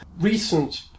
recent